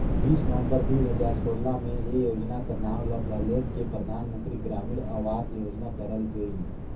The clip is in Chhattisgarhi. बीस नवंबर दुई हजार सोला में ए योजना कर नांव ल बलेद के परधानमंतरी ग्रामीण अवास योजना करल गइस